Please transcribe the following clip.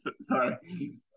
Sorry